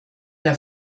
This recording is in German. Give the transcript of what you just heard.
der